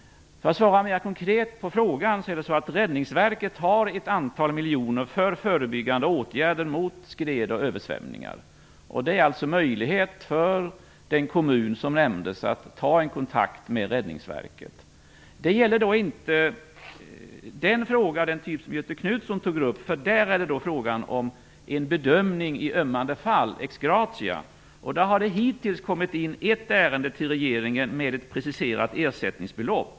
För att svara mer konkret på frågan, är det så att Räddningsverket har ett antal miljoner för förebyggande åtgärder mot skred och översvämningar. Det finns alltså möjlighet för den kommun som nämndes att ta kontakt med Räddningsverket. Detta gäller inte en fråga av den typ som Göthe Knutson tog upp. Där är det frågan om en bedömning i ömmande fall ex gratia. Det har hittills kommit in ett ärende till regeringen med ett preciserat ersättningsbelopp.